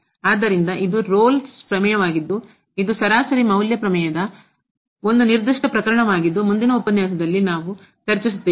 ಆದ್ದರಿಂದ ಇದು ರೋಲ್ಸ್ ಪ್ರಮೇಯವಾಗಿದ್ದು ಇದು ಸರಾಸರಿ ಮೌಲ್ಯ ಪ್ರಮೇಯದ ಒಂದು ನಿರ್ದಿಷ್ಟ ಪ್ರಕರಣವಾಗಿದ್ದು ಮುಂದಿನ ಉಪನ್ಯಾಸದಲ್ಲಿ ನಾವು ಚರ್ಚಿಸುತ್ತೇವೆ